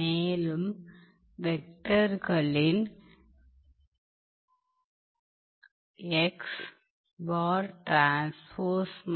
மேலும் வெக்டர்களின்